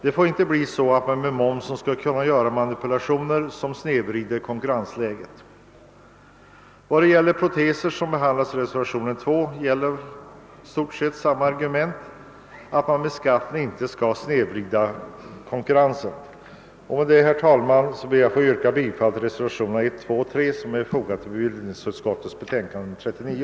Det får inte bli så att man med hjälp av momsen skall kunna göra manipulationer som snedvrider konkurrensläget. I fråga om proteser, som behandlas i reservationen 2, gäller i stort sett samma argument, att man med skatten inte skall snedvrida konkurrensen. Med dessa ord, herr talman, ber jag att få yrka bifall till reservationerna 1, 2 och 3, som är fogade till bevillningsutskottets betänkande nr 39.